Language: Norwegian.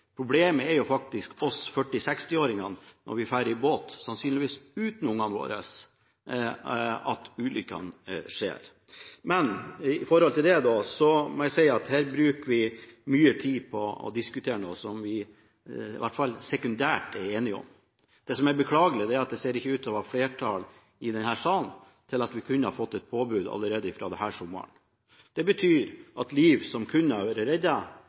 faktisk oss 40–60-åringer når vi ferdes i båt uten ungene våre – det er da ulykkene skjer. Jeg må si at her bruker vi mye tid på å diskutere noe som vi i hvert fall sekundært er enige om. Det som er beklagelig, er at det ikke ser ut til å være flertall i denne salen, slik at vi kan få et påbud allerede fra denne sommeren. Det betyr at liv som kunne ha vært